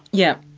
yeah.